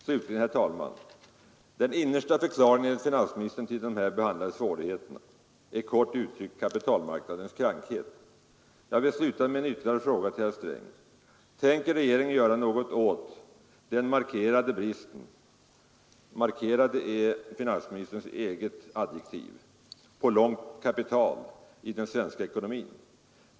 Slutligen herr talman! Den innersta förklaringen enligt finansministern till den här behandlade svårigheten är kort uttryckt kapitalmarknadens krankhet. Jag vill sluta med en ytterligare fråga till herr Sträng. Tänker regeringen göra något åt den markerade — ”markerade” är finansministerns eget adjektiv — bristen på långt kapital i den svenska ekonomin?